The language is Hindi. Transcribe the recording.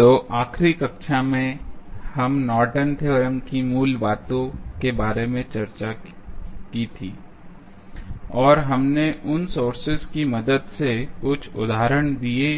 तो आखिरी कक्षा में हम नॉर्टन थ्योरम Nortons Theorem की मूल बातों के बारे में चर्चा की थी और हमने उन सोर्सेज की मदद से कुछ उदाहरण दिए